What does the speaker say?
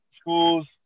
schools